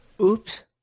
Oops